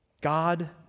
God